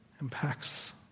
impacts